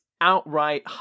outright